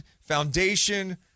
Foundation